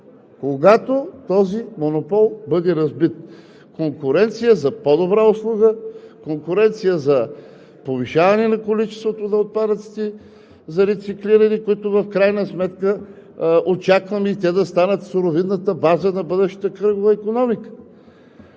когато този монопол бъде разбит. Конкуренция за по-добра услуга, конкуренция за повишаване на количеството отпадъци за рециклиране, които в крайна сметка очакваме да станат суровинната база на бъдещата кръгова икономика.